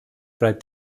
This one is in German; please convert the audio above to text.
bleibt